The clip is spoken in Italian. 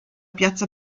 piazza